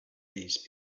these